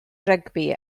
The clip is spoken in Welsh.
rygbi